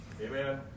Amen